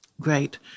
Great